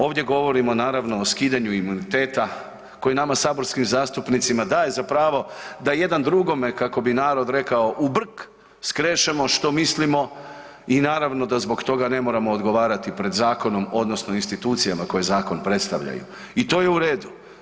Ovdje govorimo naravno o skidanju imuniteta koji nama saborskim zastupnicima daje za pravo da jedan drugome, kako bi narod rekao, u brk skrešemo što mislimo i naravno da zbog toga ne moramo odgovarati pred zakonom odnosno institucijama koje zakon predstavljaju i to je u redu.